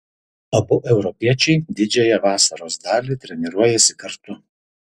abu europiečiai didžiąją vasaros dalį treniruojasi kartu